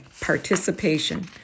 participation